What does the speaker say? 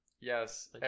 yes